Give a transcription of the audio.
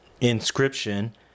inscription